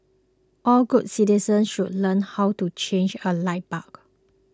all good citizens should learn how to change a light bulb